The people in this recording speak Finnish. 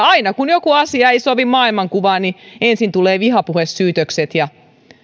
aina kun joku asia ei sovi maailmankuvaan niin ensin tulee vihapuhesyytökset ja